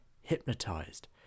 hypnotised